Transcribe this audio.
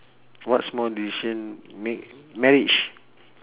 what small decision made marriage